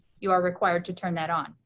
you are required to turn that on,